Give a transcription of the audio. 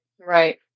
Right